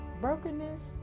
Brokenness